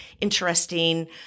interesting